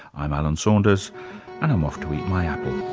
i'm alan saunders and i'm off to eat my apple